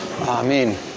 Amen